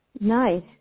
Nice